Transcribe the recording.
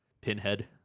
Pinhead